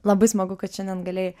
labai smagu kad šiandien galėjai